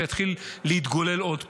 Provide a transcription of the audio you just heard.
ויתחיל להתגולל עוד פעם.